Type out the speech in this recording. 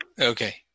Okay